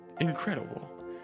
incredible